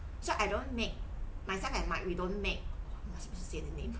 so I don't make myself and mike we don't make say the name